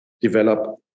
develop